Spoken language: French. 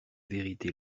vérité